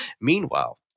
meanwhile